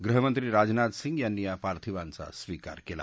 गृहमंत्री राजनाथ सिंग यांनी या पार्थिवांचा स्विकार केला